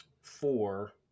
four